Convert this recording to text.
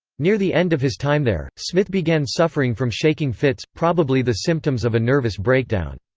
near the end of his time there, smith began suffering from shaking fits, probably the symptoms of a nervous breakdown.